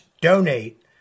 donate